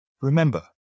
Remember